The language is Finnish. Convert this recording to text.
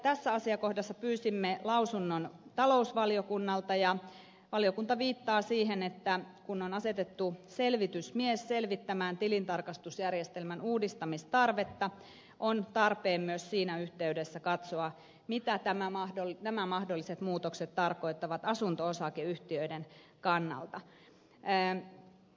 tässä asiakohdassa pyysimme lausunnon talousvaliokunnalta ja valiokunta viittaa siihen että kun on asetettu selvitysmies selvittämään tilintarkastusjärjestelmän uudistamistarvetta on tarpeen myös siinä yhteydessä katsoa mitä nämä mahdolliset muutokset tarkoittavat asunto osakeyhtiöiden kannalta